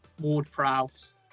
Ward-Prowse